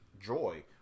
joy